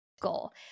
goal